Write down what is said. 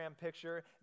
picture